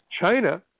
China